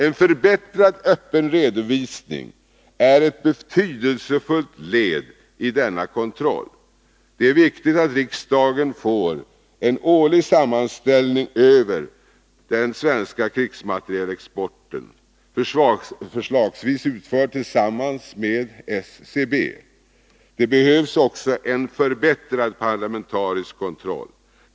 En förbättrad öppen redovisning är ett betydelsefullt led i denna kontroll. Det är viktigt att riksdagen får en årlig sammanställning över den svenska krigsmaterielexporten, förslagsvis utförd tillsammans med SCB. Det behövs också en förbättrad parlamentarisk kontroll.